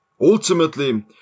Ultimately